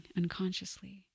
unconsciously